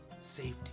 Safety